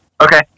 okay